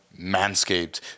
Manscaped